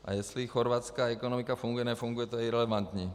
A jestli chorvatská ekonomika funguje, nefunguje, to je irelevantní.